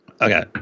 Okay